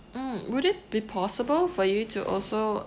mm would it be possible for you to also